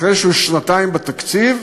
אחרי שהוא שנתיים בתקציב,